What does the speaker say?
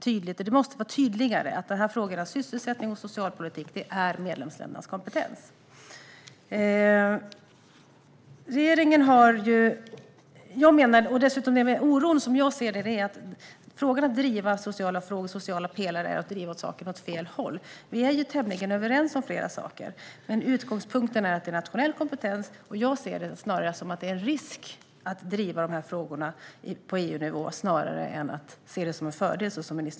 Men det måste vara tydligare att dessa frågor är medlemsstaternas kompetens. Min oro är att det är att gå åt fel håll att driva sociala frågor och sociala pelare. Vi är ju tämligen överens om flera saker, men utgångspunkten är att det handlar om nationell kompetens. Jag ser det snarare som en risk än, som ministern verkar göra, en fördel att driva dessa frågor på EU-nivå.